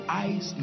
eyes